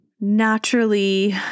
naturally